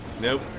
Nope